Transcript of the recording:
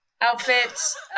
outfits